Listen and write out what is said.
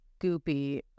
goopy